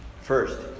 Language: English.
First